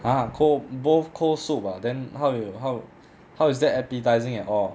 !huh! cold both cold soup ah then how you how how is that appetising at all